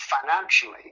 financially